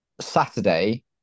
Saturday